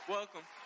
Welcome